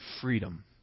freedom